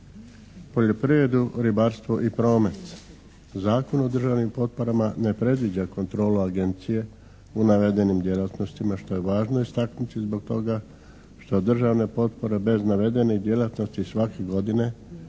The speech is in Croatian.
poljoprivredu, ribarstvo i promet. Zakon o državnim potporama ne predviđa kontrolu agencije u navedenim djelatnostima što je važno istaknuti zbog toga što državne potpore bez navedenih djelatnosti svake godine